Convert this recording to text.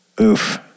oof